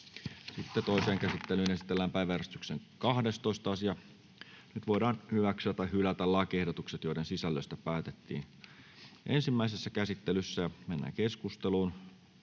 Toiseen käsittelyyn esitellään päiväjärjestyksen 10. asia. Nyt voidaan hyväksyä tai hylätä lakiehdotukset, joiden sisällöstä päätettiin ensimmäisessä käsittelyssä. 1. lakiehdotus